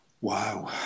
Wow